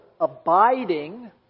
abiding